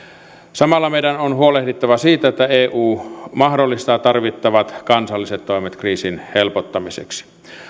samalla meidän on huolehdittava siitä että eu mahdollistaa tarvittavat kansalliset toimet kriisin helpottamiseksi